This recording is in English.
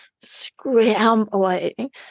scrambling